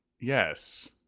yes